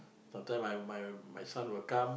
not time my my my son will come